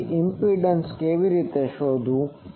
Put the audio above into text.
તેથી ઈમ્પીડંસ અવબાધ impedance કેવી રીતે શોધવું